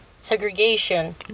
segregation